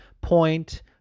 point